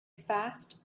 fast